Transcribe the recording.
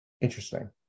Interesting